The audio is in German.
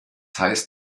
heißt